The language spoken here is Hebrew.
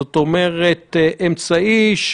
צריך לעודד שימוש בכל האמצעים האפשריים,